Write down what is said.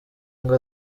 ngo